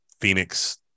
Phoenix